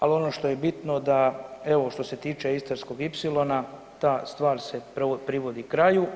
Al ono što je bitno da, evo što se tiče Istarskog ipsilona ta stvar se privodi kraju.